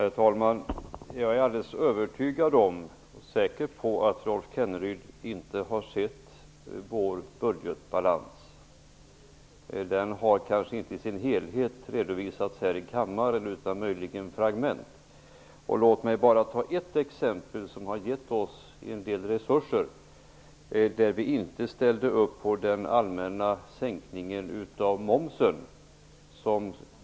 Herr talman! Jag är alldeles övertygad om att Rolf Kenneryd inte har sett vår budgetbalans. Den har kanske inte redovisats här i kammaren i sin helhet. Möjligen har fragment redovisats. Låt mig bara nämna ett exempel som har gett oss en del resurser! Vi ställde inte upp på den allmänna sänkningen av momsen.